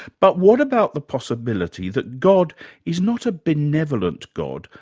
but what about the possibility that god is not a benevolent god,